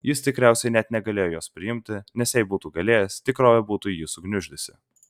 jis tikriausiai net negalėjo jos priimti nes jei būtų galėjęs tikrovė būtų jį sugniuždžiusi